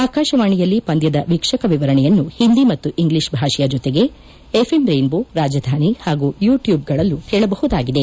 ಆಕಾಶವಾಣಿಯಲ್ಲಿ ಪಂದ್ಯದ ವೀಕ್ಷಕ ವಿವರಣೆಯನ್ನು ಹಿಂದಿ ಮತ್ತು ಇಂಗ್ಲಿಷ್ ಭಾಷೆಯ ಜೊತೆಗೆ ಎಫ್ಎಂ ರೈನ್ ಬೋ ರಾಜಧಾನಿ ಹಾಗೂ ಯೂಟ್ಯೂಬ್ಗಳಲ್ಲಿ ಕೇಳಬಹುದಾಗಿದೆ